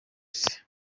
ise